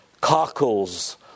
cockles